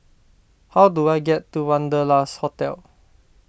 how do I get to Wanderlust Hotel